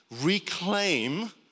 reclaim